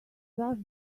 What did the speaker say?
rush